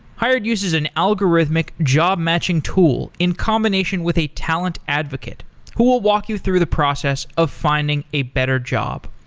hired uses an algorithmic job-matching tool in combination with a talent advocate who will walk you through the process of finding a better job.